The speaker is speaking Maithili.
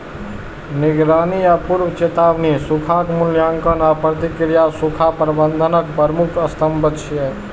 निगरानी आ पूर्व चेतावनी, सूखाक मूल्यांकन आ प्रतिक्रिया सूखा प्रबंधनक प्रमुख स्तंभ छियै